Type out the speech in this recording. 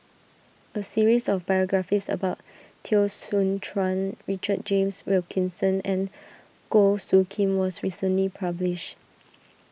a series of biographies about Teo Soon Chuan Richard James Wilkinson and Goh Soo Khim was recently published